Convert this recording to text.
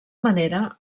manera